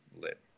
lit